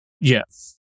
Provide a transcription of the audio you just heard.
Yes